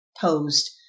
posed